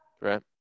Right